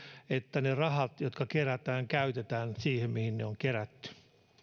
että ne rahat jotka kerätään käytetään siihen mihin ne on kerätty